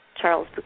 Charles